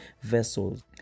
vessels